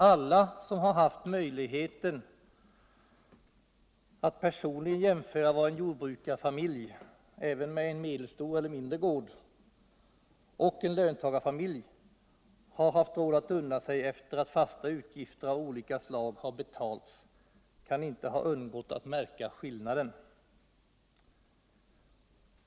Alla som har haft möjligheten att personligen jämtöra vad en jordbrukarfamilj —- även med en medelstor eller mindre gård — och en löntagarfamilj har haft råd att unna sig efter det att fasta utgifter av olika slag har betalats, kan inte ha undgått att märka skillnaden.